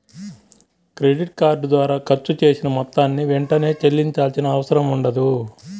credit card ద్వారా ఖర్చు చేసిన మొత్తాన్ని వెంటనే చెల్లించాల్సిన అవసరం ఉండదు